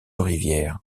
rivières